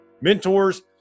Mentors